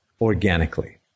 organically